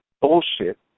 bullshit